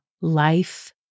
life